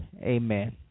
Amen